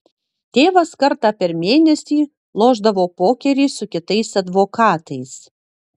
tėvas kartą per mėnesį lošdavo pokerį su kitais advokatais